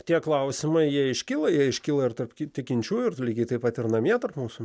tie klausimai jie iškyla jie iškyla ir tarp tikinčiųjų ir lygiai taip pat ir namie tarp mūsų